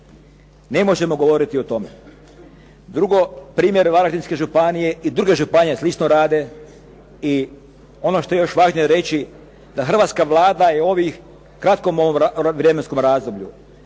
Ne možemo govoriti o tome. Drugo, primjer Varaždinske županije i druge županije slično rade i ono što je još važnije reći da hrvatska Vlada je u ovom kratkom vremenskom razdoblju